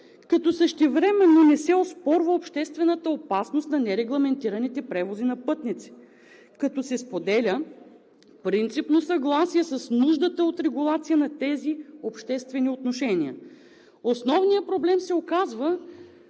като същевременно не се оспорва обществената опасност на нерегламентираните превози на пътници, като се споделя принципно съгласие с нуждата от регулация на тези обществени отношения. Основният проблем се оказва,